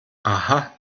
aha